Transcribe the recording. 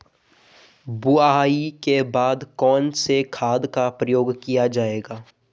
बुआई के बाद कौन से खाद का प्रयोग किया जायेगा?